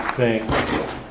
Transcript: Thanks